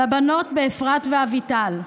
בבנות אפרת ואביטל.